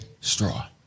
straw